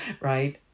Right